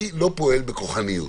אני לא פועל בכוחניות,